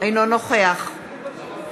ענו לך בסיבוב הראשון של ההצבעה.